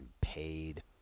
paid